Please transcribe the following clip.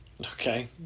Okay